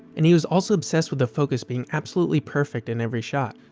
and he was also obsessed with the focus being absolutely perfect in every shot.